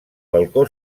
balcó